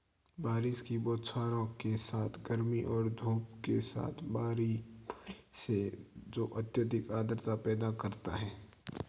बारिश की बौछारों के साथ गर्मी और धूप के साथ बारी बारी से जो अत्यधिक आर्द्रता पैदा करता है